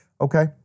Okay